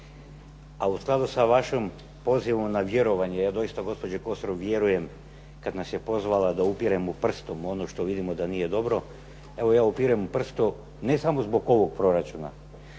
A u skladu sa vašim pozivom na vjerovanjem, ja doista gospođi KOsor vjerujem kada nas je pozvala da upiremo prstom u ono što nije dobro. Ja upirem prstom ne samo zbog ovog proračuna,